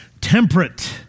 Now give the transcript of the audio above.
temperate